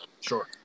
sure